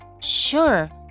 Sure